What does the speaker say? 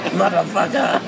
motherfucker